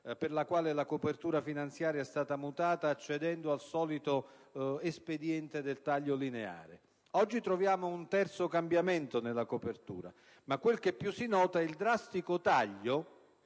per la quale la copertura finanziaria è stata mutata cedendo al solito espediente del taglio lineare. Oggi troviamo un terzo cambiamento nella copertura, ma quel che più si nota è il drastico taglio